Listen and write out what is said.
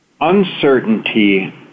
Uncertainty